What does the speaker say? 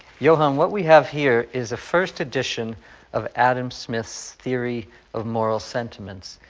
johan, what we have here is a first edition of adam smith's theory of moral sentiments.